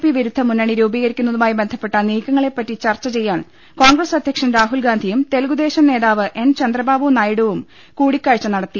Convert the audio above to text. P വിരുദ്ധ മുന്നണി രൂപീകരിക്കുന്നതുമായി ബന്ധപ്പെട്ട നീക്കങ്ങളെ പറ്റി ചർച്ചചെയ്യാൻ കോൺഗ്രസ് അധ്യക്ഷൻ രാഹുൽ ഗാന്ധിയും തെലുഗുദേശം നേതാവ് എൻ ചന്ദ്രബാബു നായിഡുവും കൂടിക്കാഴ്ച നടത്തി